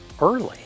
early